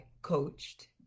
coached